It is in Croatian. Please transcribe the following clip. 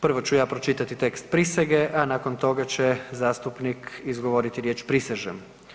Prvo ću ja pročitati tekst prisege, a nakon toga će zastupnik izgovoriti riječ prisežem.